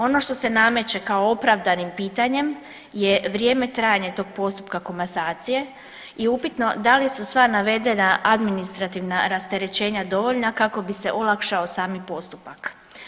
Ono što se nameće kao opravdanim pitanjem je vrijeme trajanja tog postupka komasacije i upitno da li su sva navedena administrativna rasterećenja dovoljna kako bi se olakšao sami postupak.